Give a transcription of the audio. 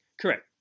Correct